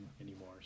anymore